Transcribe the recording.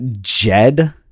Jed